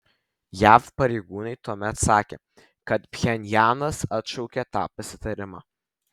jav pareigūnai tuomet sakė kad pchenjanas atšaukė tą pasitarimą